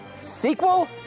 Sequel